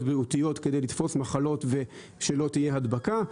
בריאותיות כדי לתפוס מחלות ושלא תהיה הדבקה.